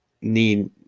need